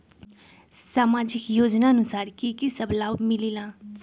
समाजिक योजनानुसार कि कि सब लाब मिलीला?